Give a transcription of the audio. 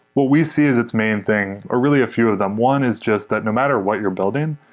what we see as its main thing, or really a few of them. one is just that no matter what you're building,